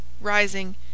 rising